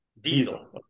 Diesel